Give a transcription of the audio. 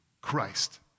christ